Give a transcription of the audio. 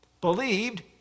believed